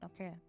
okay